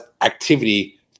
activity